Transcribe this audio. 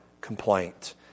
complaint